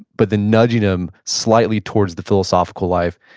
but then nudging him slightly towards the philosophical life.